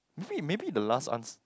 maybe maybe the last ans~